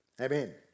Amen